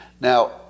Now